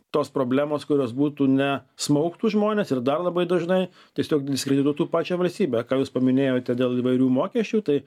tos problemos kurios būtų ne smaugtų žmones ir dar labai dažnai tiesiog diskredituotų pačią valstybę ką jūs paminėjote dėl įvairių mokesčių tai